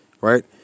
right